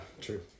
true